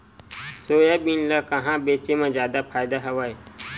Soybean ल कहां बेचे म जादा फ़ायदा हवय?